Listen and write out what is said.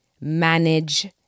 manage